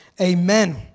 Amen